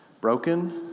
Broken